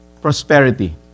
prosperity